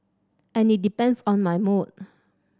and it depends on my mood